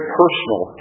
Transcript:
personal